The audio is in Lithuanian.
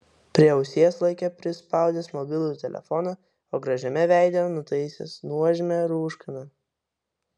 prie ausies laikė prispaudęs mobilųjį telefoną o gražiame veide nutaisęs nuožmią rūškaną